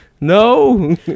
no